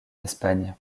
espagne